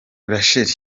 rachel